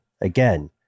again